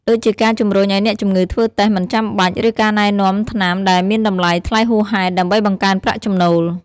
ដូចជាការជំរុញឱ្យអ្នកជំងឺធ្វើតេស្តមិនចាំបាច់ ឬការណែនាំថ្នាំដែលមានតម្លៃថ្លៃហួសហេតុ ដើម្បីបង្កើនប្រាក់ចំណូល។